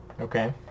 Okay